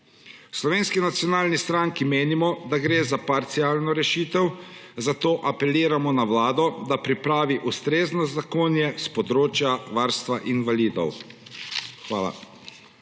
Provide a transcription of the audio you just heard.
Slovenski nacionalni stranki menimo, da gre za parcialno rešitev, zato apeliramo na Vlado, da pripravi ustrezno zakonje s področja varstva invalidov. Hvala.